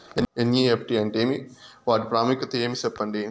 NEFT అంటే ఏమి వాటి ప్రాముఖ్యత ఏమి? సెప్పండి?